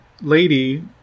Lady